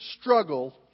struggle